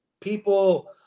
people